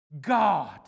God